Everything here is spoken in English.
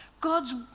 God's